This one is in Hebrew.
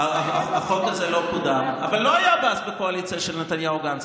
אבל לא היה עבאס בקואליציה של נתניהו-גנץ,